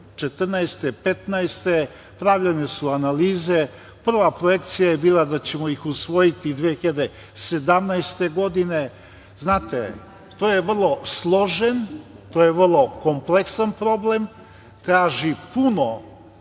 2015. godine pravljene su analize. Prva projekcija je bila da ćemo ih usvojiti 2017. godine. Znate, to je vrlo složen, to je vrlo kompleksan problem, traži puno